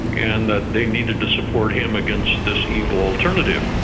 and that they needed to support him against this evil alternative.